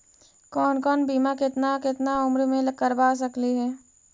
कौन कौन बिमा केतना केतना उम्र मे करबा सकली हे?